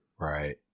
right